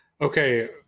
okay